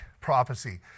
prophecy